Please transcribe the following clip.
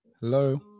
Hello